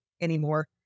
anymore